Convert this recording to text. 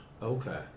okay